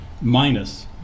minus